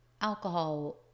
alcohol